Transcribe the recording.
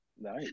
Nice